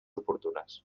oportunes